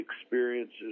experiences